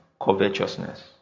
covetousness